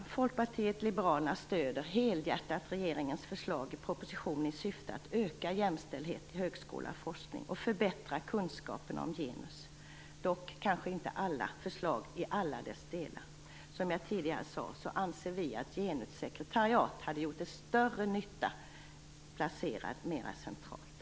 Vi i Folkpartiet Liberalerna stöder helhjärtat regeringens förslag i propositionen i syfte att öka jämställdheten i högskolor och forskning och förbättra kunskapen om genus. Dock stöder vi kanske inte alla förslag i alla delar. Som jag tidigare sade anser Folkpartiet att ett genussekretariat hade gjort större nytta om det placerats mer centralt.